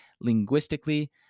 linguistically